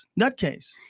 nutcase